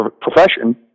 profession